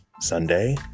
sunday